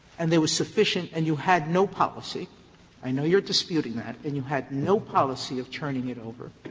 and there was sufficient and you had no policy i know you are disputing that and you had no policy of turning it over,